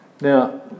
Now